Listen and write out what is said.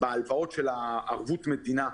להלוואות בערבות מדינה.